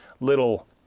little